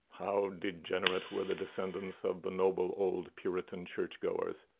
how degenerate were the descendants of the noble old puritan church-goers!